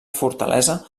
fortalesa